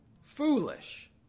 foolish